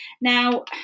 Now